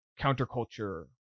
counterculture